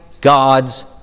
God's